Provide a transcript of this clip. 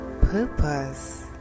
purpose